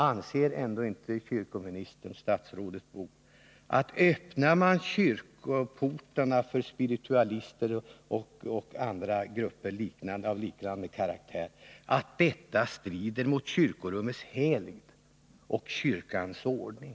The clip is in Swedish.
Anser ändå inte kyrkoministern att ett öppnande av kyrkoportarna för spiritualister och andra grupper av liknande karaktär strider mot kyrkorummets helgd och kyrkans ordning?